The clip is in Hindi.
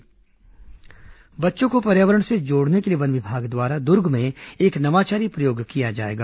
वन मितान बच्चों को पर्यावरण से जोड़ने के लिए वन विभाग द्वारा दुर्ग में एक नवाचारी प्रयोग किया जाएगा